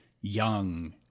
young